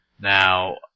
Now